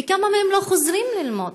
וכמה מהם לא חוזרים ללמוד.